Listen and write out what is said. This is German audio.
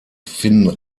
finden